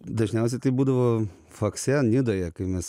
dažniausiai tai būdavo fakse nidoje kai mes